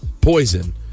poison